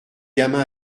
gamin